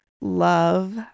love